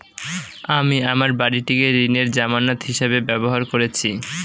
আমি আমার বাড়িটিকে ঋণের জামানত হিসাবে ব্যবহার করেছি